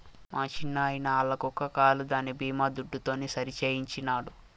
మా చిన్నాయిన ఆల్ల కుక్క కాలు దాని బీమా దుడ్డుతోనే సరిసేయించినాడు